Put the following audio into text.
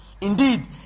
Indeed